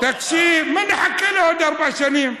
תקשיב, מה, נחכה עוד ארבע שנים.